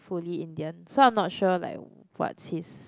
fully Indian so I'm not sure like what's his